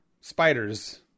spiders